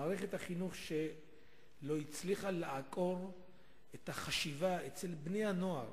מערכת החינוך שלא הצליחה לעקור את החשיבה אצל בני-הנוער